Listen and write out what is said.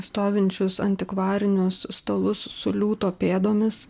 stovinčius antikvarinius stalus su liūto pėdomis